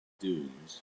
dunes